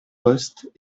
postes